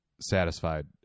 satisfied